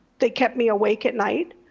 they kept me awake at night.